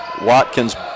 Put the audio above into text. Watkins